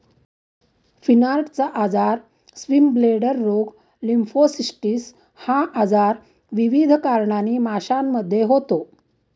फिनार्टचा आजार, स्विमब्लेडर रोग, लिम्फोसिस्टिस हा आजार विविध कारणांनी माशांमध्ये होतो